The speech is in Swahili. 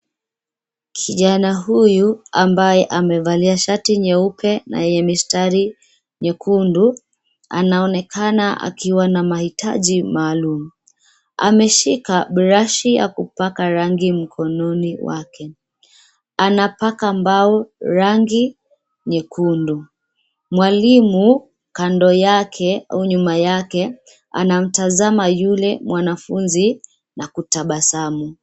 Kijana huyu ambaye amevalia shati nyeupe na yenye mistari nyekundu, anaonekana akiwa na mahitaji maalum. Ameshika brashi ya kupaka rangi mkononi wake. Anapaka mbao rangi nyekundu. Mwalimu kando yake au nyuma yake anamtazama yule mwanafunzi na kutabasamu.